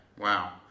Wow